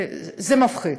זה מפחיד.